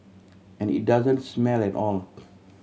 and it doesn't smell at all